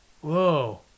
whoa